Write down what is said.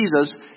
Jesus